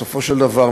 בסופו של דבר,